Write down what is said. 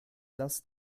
lass